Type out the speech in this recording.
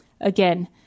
Again